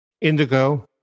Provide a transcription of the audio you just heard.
indigo